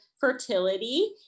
fertility